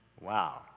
Wow